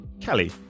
Kelly